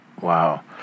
Wow